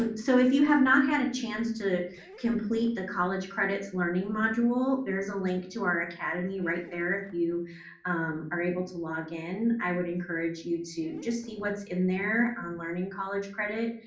um so if you have not had a chance to complete the college credits learning module, there's a link to our academy right there if you are able to log in, i would encourage you to just see what's in there on learning college credit.